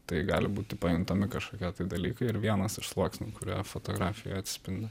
tai gali būti pajuntami kažkokie dalykai ir vienas iš sluoksnių kurie fotografijoj atsispindi